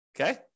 Okay